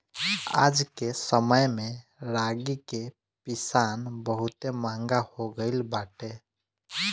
आजके समय में रागी के पिसान बहुते महंग हो गइल बाटे